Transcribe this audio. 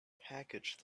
package